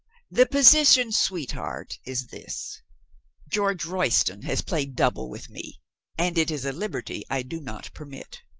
the position, sweetheart, is this george royston has played double with me and it is a liberty i do not permit.